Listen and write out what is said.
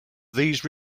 these